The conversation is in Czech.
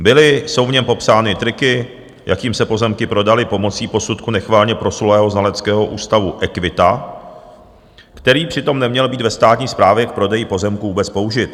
Byly, jsou v něm popsány triky, jakým se pozemky prodaly pomocí posudku nechvalně proslulého znaleckého ústavu Equita, který přitom neměl být ve státní správě k prodeji pozemků vůbec použit.